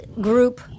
group